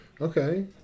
Okay